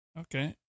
Okay